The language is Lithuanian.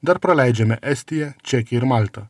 dar praleidžiame estiją čekiją ir maltą